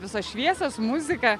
visos šviesios muzika